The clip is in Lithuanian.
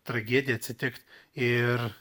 tragedija atsitikt ir